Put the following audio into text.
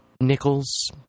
nickels